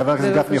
חבר הכנסת גפני,